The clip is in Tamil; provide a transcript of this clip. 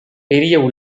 பெரிய